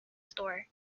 store